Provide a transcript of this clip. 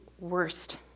worst